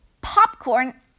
popcorn